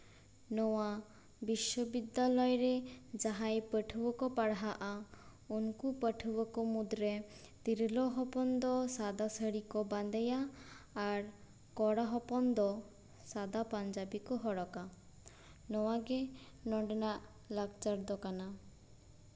ᱱᱚᱣᱟ ᱵᱤᱥᱥᱚᱵᱤᱫᱽᱫᱟᱞᱚᱭ ᱨᱮ ᱡᱟᱦᱟᱸᱭ ᱯᱟᱹᱴᱷᱩᱣᱟᱹ ᱠᱚ ᱯᱟᱲᱦᱟᱜᱼᱟ ᱩᱱᱠᱩ ᱯᱟᱹᱴᱷᱩᱣᱟᱹ ᱠᱚ ᱢᱩᱫᱽ ᱨᱮ ᱛᱤᱨᱞᱟᱹ ᱦᱚᱯᱚᱱ ᱫᱚ ᱥᱟᱫᱟ ᱥᱟᱹᱲᱤ ᱠᱚ ᱵᱟᱸᱫᱮᱭᱟ ᱟᱨ ᱠᱚᱲᱟ ᱦᱚᱯᱚᱱ ᱫᱚ ᱥᱟᱫᱟ ᱯᱟᱧᱡᱟᱵᱤ ᱠᱚ ᱦᱚᱨᱚᱜᱟ ᱱᱚᱣᱟ ᱜᱮ ᱱᱚᱸᱰᱮᱱᱟᱜ ᱞᱟᱠᱪᱟᱨ ᱫᱚ ᱠᱟᱱᱟ